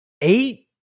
eight